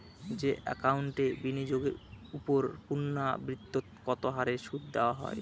যে একাউন্টে বিনিয়োগের ওপর পূর্ণ্যাবৃত্তৎকত হারে সুদ দেওয়া হয়